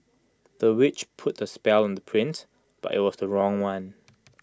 the witch put A spell on the prince but IT was the wrong one